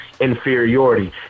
inferiority